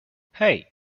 hey